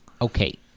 Okay